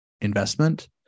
investment